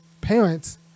parents